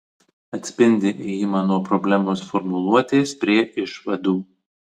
atspindi ėjimą nuo problemos formuluotės prie išvadų